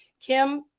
Kim